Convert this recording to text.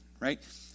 right